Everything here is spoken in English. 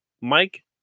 Mike